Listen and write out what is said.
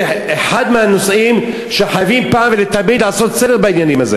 זה אחד מהנושאים שחייבים פעם ולתמיד לעשות סדר בהם.